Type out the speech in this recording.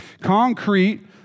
Concrete